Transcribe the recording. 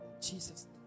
Jesus